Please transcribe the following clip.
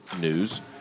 news